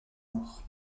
maur